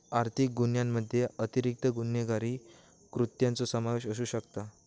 आर्थिक गुन्ह्यामध्ये अतिरिक्त गुन्हेगारी कृत्यांचो समावेश असू शकता